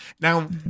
now